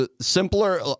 simpler